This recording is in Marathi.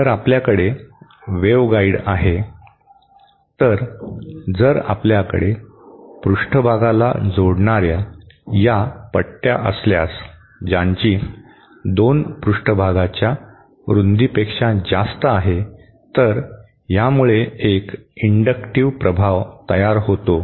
तर आपल्याकडे वेव्हगाईड आहे तर जर आपल्याकडे पृष्ठभागाला जोडणार्या या पट्ट्या असल्यास ज्यांची दोन पृष्ठभागाच्या रुंदीपेक्षा जास्त आहे तर यामुळे एक इंडक्टिव्ह प्रभाव तयार होतो